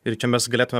ir čia mes galėtume